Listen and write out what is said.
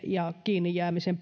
ja kiinnijäämisen